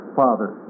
father